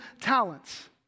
talents